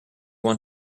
want